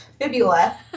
fibula